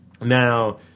Now